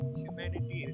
humanity